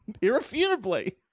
Irrefutably